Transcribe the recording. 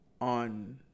on